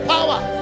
Power